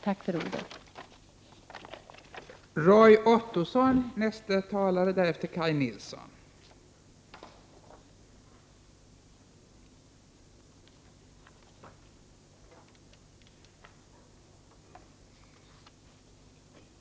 Tack för ordet.